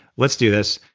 let's do this.